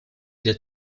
для